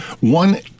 One